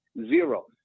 zero